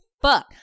fuck